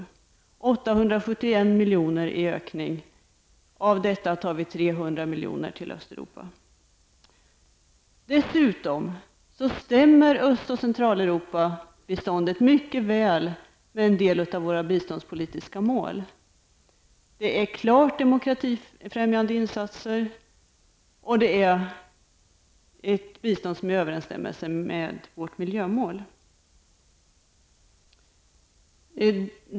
Av 871 milj.kr. i ökning tar vi 300 Öst och Centraleuropabiståndet stämmer dessutom med mycket väl med en del av våra biståndspolitiska mål. Det är klart demokratifrämjande insatser och ett bistånd som står i överensstämmelse med våra miljömål.